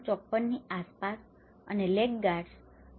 54 ની આસપાસ અને લેગગાર્ડસ 13